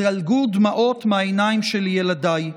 זלגו דמעות מהעיניים של ילדיי,